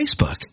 Facebook